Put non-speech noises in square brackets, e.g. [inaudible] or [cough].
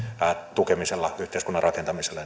tukemisella yhteiskunnan rakentamisella [unintelligible]